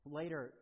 later